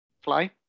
fly